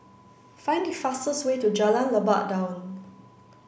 find the fastest way to Jalan Lebat Daun